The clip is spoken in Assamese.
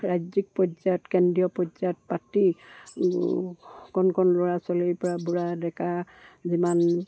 ৰাজ্যিক পৰ্যায়ত কেন্দ্ৰীয় পৰ্যায়ত পাতি কণ কণ ল'ৰা ছোৱালীৰ পৰা বুঢ়া ডেকা যিমান